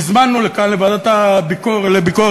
חוק הנטרול של החוק?